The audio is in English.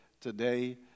today